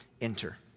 enter